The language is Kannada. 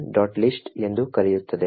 lst ಎಂದು ಕರೆಯುತ್ತದೆ